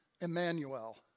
Emmanuel